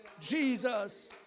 Jesus